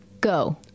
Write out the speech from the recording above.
Go